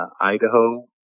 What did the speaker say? Idaho